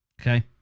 Okay